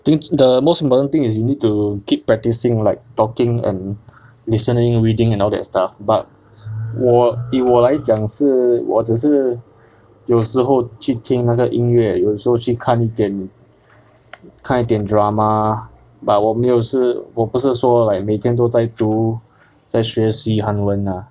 I think the most important thing is you need to keep practising like talking and listening reading and all that stuff but 我以我来讲是我只是有时候去听那个音乐有时候去看一点看一点 drama but 我没有是我不是说 like 每天都读都在学习韩文 lah